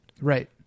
Right